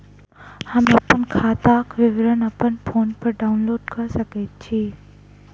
हम अप्पन खाताक विवरण अप्पन फोन पर डाउनलोड कऽ सकैत छी?